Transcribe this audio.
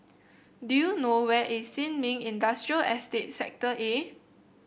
do you know where is Sin Ming Industrial Estate Sector A